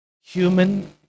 Human